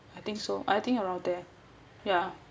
I think so I think around there ya